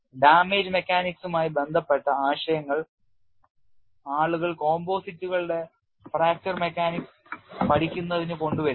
Damage മെക്കാനിക്സുമായി ബന്ധപ്പെട്ട ആശയങ്ങൾ ആളുകൾ composite കളുടെ ഫ്രാക്ചർ മെക്കാനിക്സ് പഠിക്കുന്നതിന് കൊണ്ട് വരുന്നു